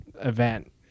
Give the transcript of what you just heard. event